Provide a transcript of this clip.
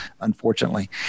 unfortunately